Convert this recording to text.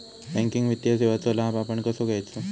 Banking वित्तीय सेवाचो लाभ आपण कसो घेयाचो?